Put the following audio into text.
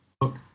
look